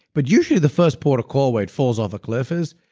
but usually the first port-of-call where it falls off a cliff is,